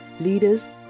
leaders